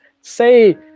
say